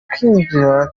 kwinjirana